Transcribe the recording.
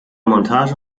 montage